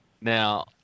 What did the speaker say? Now